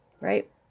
Right